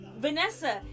Vanessa